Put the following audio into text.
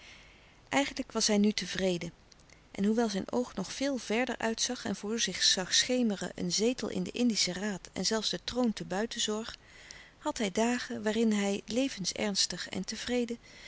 eigenlijk was hij nu tevreden en hoewel zijn oog nog veel verder uit zag en voor zich zag schemeren een zetel in den indischen raad en zelfs de troon te buitenzorg had hij dagen waarin hij levens ernstig en tevreden